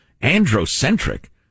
Androcentric